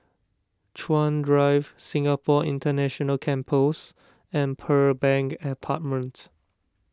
Chuan Drive Singapore International Campus and Pearl Bank Apartment